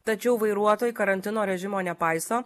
tačiau vairuotojai karantino režimo nepaiso